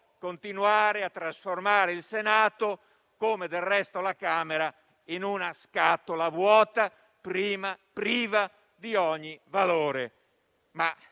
continuare a trasformare il Senato, come del resto la Camera dei deputati, in una scatola vuota, priva di ogni valore. Ma